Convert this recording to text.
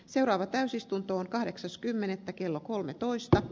seuraava täysistuntoon kahdeksas kymmenettä kello sellaisenaan